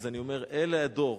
אני אומר: אלה הדור,